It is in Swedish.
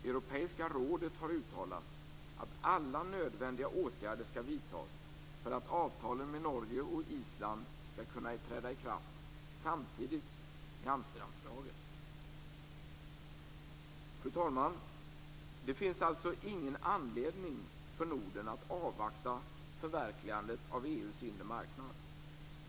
Europeiska rådet har uttalat att alla nödvändiga åtgärder skall vidtas för att avtalen med Norge och Island skall kunna träda i kraft samtidigt med Amsterdamfördraget. Fru talman! Det finns alltså ingen anledning för Norden att avvakta förverkligandet av EU:s inre marknad.